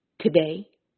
today